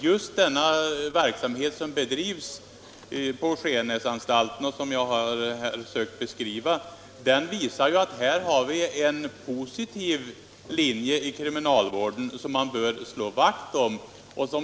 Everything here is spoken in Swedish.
Just den verksamhet som bedrivs på Skenäsanstalten och som jag har försökt beskriva visar att vi har en positiv linje i kriminalvården som man bör slå vakt om.